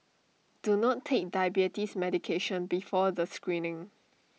do not take diabetes medication before the screening